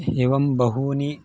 एवं बहूनि